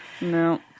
No